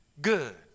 Good